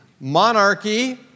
monarchy